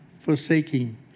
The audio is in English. forsaking